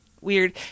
weird